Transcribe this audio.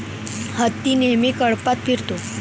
हत्ती नेहमी कळपात फिरतो